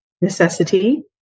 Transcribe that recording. Necessity